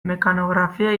mekanografia